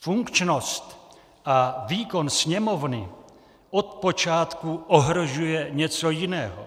Funkčnost a výkon Sněmovny od počátku ohrožuje něco jiného.